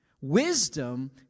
Wisdom